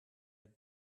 had